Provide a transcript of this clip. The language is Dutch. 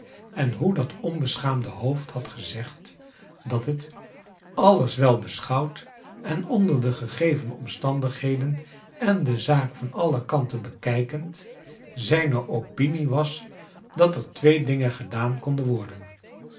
en hoe dat onbeschaamde hoofd had gezegd dat het alles wel beschouwd en onder de gegeven omstandigheden en de zaak van alle kanten bekijkend ziine opinie was dat er twee dingen gedaan konden worden